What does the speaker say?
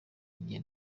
njye